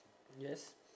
yes